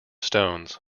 stones